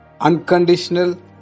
unconditional